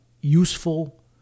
useful